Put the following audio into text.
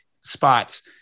spots